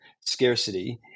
scarcity